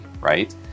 Right